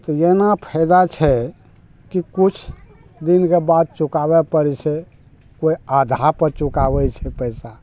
तऽ एना फायदा छै कि किछु दिनके बाद चुकाबै पड़ै छै कोइ आधा पे चुकाबै छै पैसा